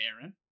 Aaron